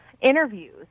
interviews